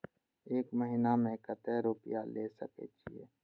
एक महीना में केते रूपया ले सके छिए?